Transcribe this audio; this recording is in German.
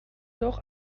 doch